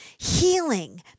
healing